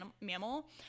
mammal